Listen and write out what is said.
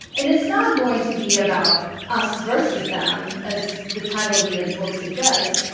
and it's not going to be about us versus them, as the title of ian's book suggests.